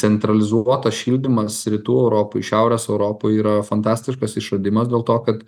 centralizuotas šildymas rytų europoj šiaurės europoj yra fantastiškas išradimas dėl to kad